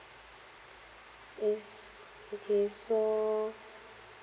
is okay so